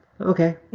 Okay